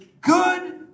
good